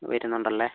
വരുന്നുണ്ടല്ലേ